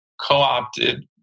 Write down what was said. co-opted